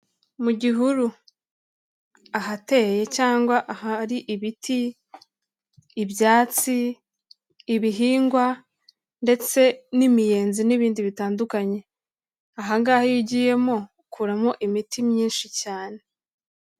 Mu gihuru ahateye cyangwa ahari ibiti, ibyatsi, ibihingwa ndetse n'imiyenzi n'ibindi bitandukanye, aha ngaha iyo ugiyemo ukuramo imiti myinshi cyane.